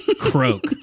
croak